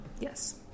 Yes